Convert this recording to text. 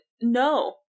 No